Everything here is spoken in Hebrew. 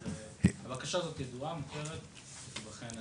גם הבקשה הזאת ידועה ומוכרת ותיבחן.